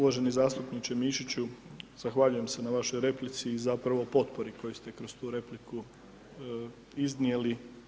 Uvaženi zastupniče Mišiću, zahvaljujem se na vašoj replici i zapravo potpori koju ste kroz tu repliku iznijeli.